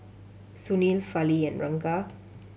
Sunil Fali and Ranga